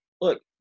look